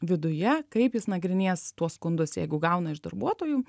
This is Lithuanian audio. viduje kaip jis nagrinės tuos skundus jeigu gauna iš darbuotojų